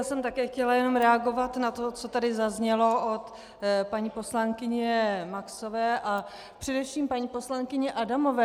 Já jsem také chtěla jenom reagovat na to, co tady zaznělo od paní poslankyně Maxové a především paní poslankyně Adamové.